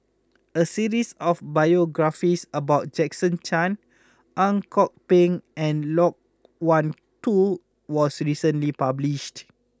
a cities of biographies about Jason Chan Ang Kok Peng and Loke Wan Tho was recently published